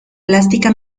plástica